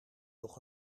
nog